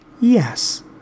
Yes